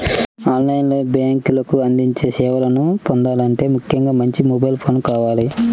on line లో బ్యేంకులు అందించే సేవలను పొందాలంటే ముఖ్యంగా మంచి మొబైల్ ఫోన్ కావాలి